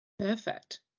Perfect